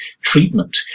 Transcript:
treatment